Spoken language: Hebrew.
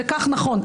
וכך נכון,